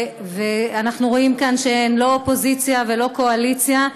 אנחנו רואים שאין כאן לא אופוזיציה ולא קואליציה,